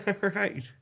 right